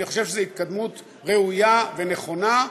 אני חושב שזו התקדמות ראויה ונכונה,